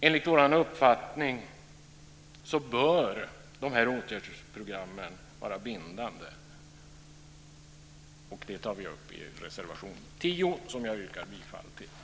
Enligt vår uppfattning bör åtgärdsprogrammen vara bindande. Det tar vi upp i reservation 10, som jag som sagt yrkar bifall till.